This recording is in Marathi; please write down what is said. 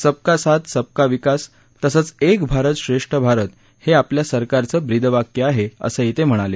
सबका साथ सबका विकास तसंच एक भारत श्रेष्ठ भारत हे आपल्या सरकारचं ब्रीदवाक्य आहे असंही ते म्हणाले